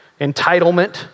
entitlement